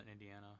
Indiana